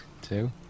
Two